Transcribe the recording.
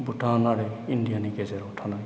भुटान आरो इण्डियानि गेजेराव थानाय